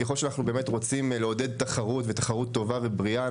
ככל שאנחנו רוצים לעודד תחרות ותחרות טובה ובריאה,